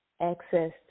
access